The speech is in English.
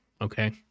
Okay